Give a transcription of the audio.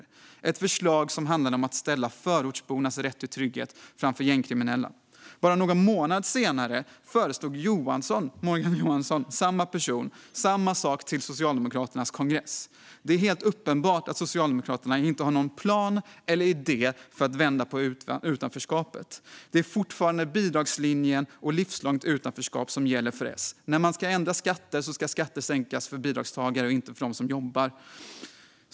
Det var ett förslag som handlade om att ställa förortsbornas rätt till trygghet framför gängkriminellas. Bara någon månad senare föreslog Morgan Johansson, samma person, samma sak till Socialdemokraternas kongress. Det är helt uppenbart att Socialdemokraterna inte har någon plan eller idé för att vända på utanförskapet. Det är fortfarande bidragslinjen och livslångt utanförskap som gäller för S. När man ska ändra skatter ska de sänkas för bidragstagare och inte för dem som jobbar.